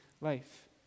life